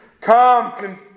Come